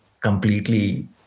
completely